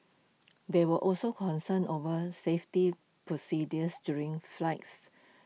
there were also concerns over safety procedures during flights